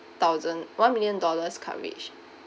thousand one million dollars coverage